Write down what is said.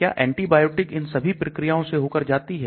क्या एंटीबायोटिक इन सभी प्रक्रियाओं से होकर जाती है